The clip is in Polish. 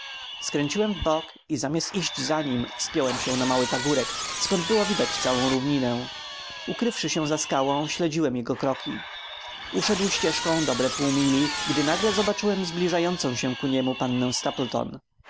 skręciłem w bok i zamiast iść za nim wspiąłem się na mały pagórek skąd było widać całą równinę ukrywszy się za skałą śledziłem jego kroki uszedł ścieżką dobre pół mili gdy nagle zobaczyłem zbliżającą się ku niemu pannę